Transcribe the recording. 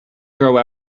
grow